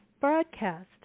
broadcast